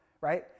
right